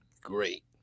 great